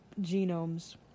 genomes